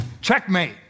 checkmate